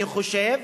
אני חושב